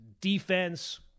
Defense